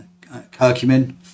curcumin